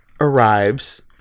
arrives